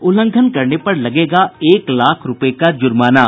उल्लंघन करने पर लगेगा एक लाख रूपये का जुर्माना